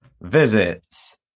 visits